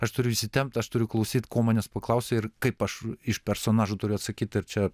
aš turiu įsitempt aš turiu klausyt ko manęs paklausia ir kaip aš iš personažo turiu atsakyt ir čia